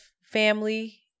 family